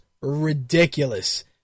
ridiculous